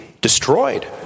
Destroyed